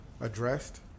addressed